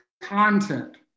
content